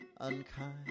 unkind